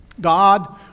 God